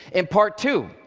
in part two,